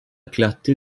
clarté